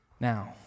Now